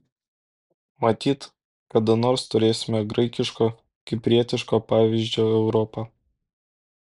matyt kada nors turėsime graikiško kiprietiško pavyzdžio europą